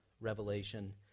Revelation